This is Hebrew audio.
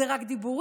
זה רק דיבורים.